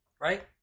Right